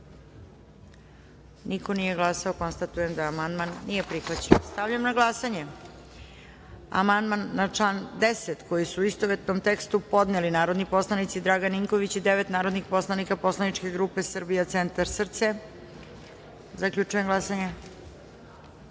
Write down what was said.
Niko nije glasao. Konstatujem da amandman nije prihvaćen. Stavljam na glasanje amandman na član 10. koji su, u istovetnom tekstu, podneli narodni poslanici Dragan Ninković i devet narodnih poslanika Poslaničke grupe Srbija centar SRCE.Zaključujem glasanje: